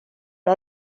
har